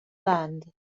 band